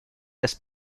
des